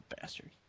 bastard